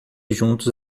juntos